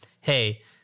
Hey